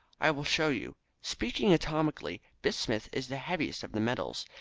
i will show you. speaking atomically, bismuth is the heaviest of the metals.